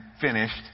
finished